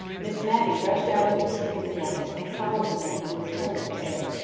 miss matty rushed out into the street at once, and collared the man who was telling the tale.